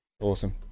awesome